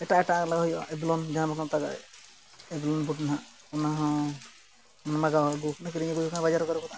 ᱮᱴᱟᱜ ᱮᱴᱟᱜ ᱞᱟᱜᱟᱣ ᱦᱩᱭᱩᱜᱼᱟ ᱮᱵᱞᱳᱱ ᱡᱟᱦᱟᱸ ᱫᱚᱠᱚ ᱛᱟᱠᱟᱭ ᱮᱵᱞᱳᱱ ᱵᱳᱰᱤ ᱱᱟᱦᱟᱜ ᱚᱱᱟ ᱦᱚᱸ ᱚᱱᱟ ᱞᱟᱜᱟᱣ ᱠᱤᱨᱤᱧ ᱟᱹᱜᱩᱭᱟ ᱵᱟᱡᱟᱨ ᱠᱚᱨᱮ ᱠᱷᱚᱱᱟᱜ